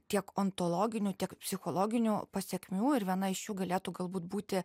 tiek ontologinių tiek psichologinių pasekmių ir viena iš jų galėtų galbūt būti